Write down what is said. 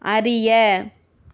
அறிய